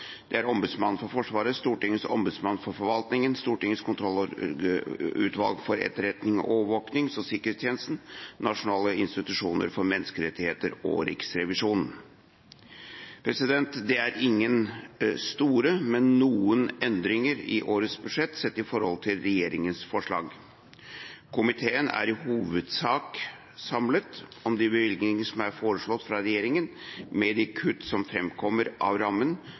eksterne organer: Ombudsmannsnemnda for Forsvaret, Stortingets ombudsmann for forvaltningen, Stortingets kontrollutvalg for etterretnings-, overvåkings- og sikkerhetstjeneste, Nasjonal institusjon for menneskerettigheter og Riksrevisjonen. Det er ingen store, men det er noen endringer i årets budsjett, sett i forhold til regjeringas forslag. Komiteen er i hovedsak samlet om de bevilgninger som er foreslått av regjeringa, med de kutt som framkommer av rammen